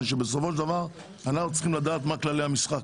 שבסופו של דבר אנחנו צריכים לדעת מה כללי המשחק